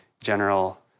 general